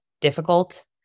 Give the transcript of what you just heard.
difficult